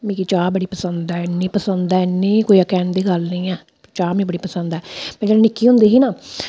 मिगी चाह् बड़ी पसंद ऐ इन्नी पसंद ऐ इन्नी कोई कैह्न दी गल्ल नेईं ऐ चाह् मी बड़ी पसंद ऐ में जेल्लै निक्की होंदी ही ना